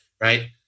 right